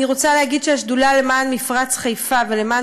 אני רוצה להגיד שהשדולה למען מפרץ חיפה ולמען